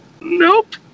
Nope